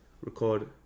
record